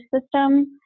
system